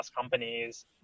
companies